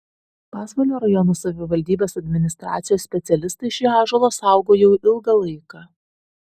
pasvalio rajono savivaldybės administracijos specialistai šį ąžuolą saugo jau ilgą laiką